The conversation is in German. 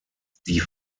die